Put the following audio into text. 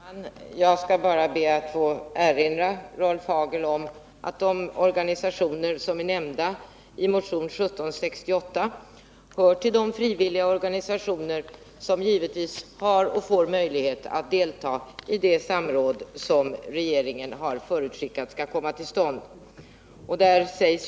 Herr talman! Jag skall bara be att få erinra Rolf Hagel om att de organisationer som nämnts i motionen 1768 hör till de frivilliga organisationer som givetvis kommer att få möjlighet att delta i det samråd som regeringen har förutskickat skall komma till stånd.